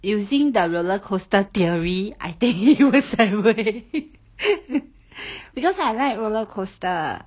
using the roller coaster theory I think you use that way because I like roller coaster